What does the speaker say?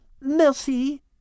merci